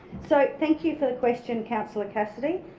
so thank you for the question, councillor cassidy,